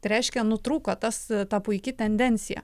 tai reiškia nutrūko tas ta puiki tendencija